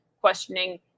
questioning